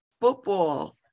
football